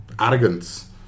arrogance